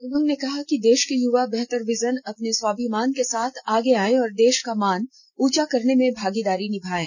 उन्होंने कहा कि देश के युवा बेहतर विजन अपने स्वाभिमान के साथ आगे आएं और देश का मान ऊंचा करने में ागीदारी निर्माएं